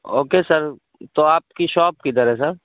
okay sir تو آپ کی شاپ کدھر ہے سر